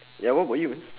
ya what about you